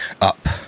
up